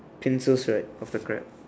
pincers right of the crab